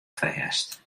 fêst